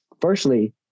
Firstly